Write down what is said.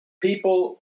people